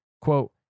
Quote